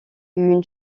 une